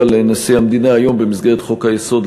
לנשיא המדינה היום במסגרת חוק-היסוד,